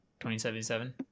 2077